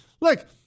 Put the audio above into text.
Look